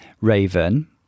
Raven